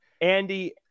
Andy